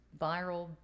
viral